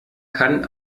kann